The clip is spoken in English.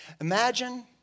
Imagine